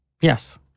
Yes